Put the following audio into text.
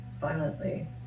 violently